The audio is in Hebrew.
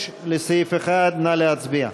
6 לסעיף 1, נא להצביע.